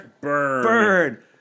bird